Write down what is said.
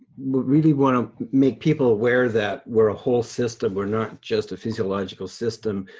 we we wanna make people aware that we're a whole system. we're not just a physiological system.